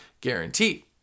guarantee